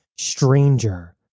Stranger